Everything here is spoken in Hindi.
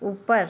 ऊपर